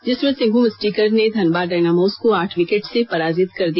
जिसमें सिंहभूम स्टिकर ने धनबाद डायनामोस को आठ विकेट से पराजित कर दिया